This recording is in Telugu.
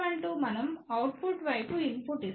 S12 మనం అవుట్పుట్ వైపు ఇన్పుట్ ఇస్తే